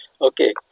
Okay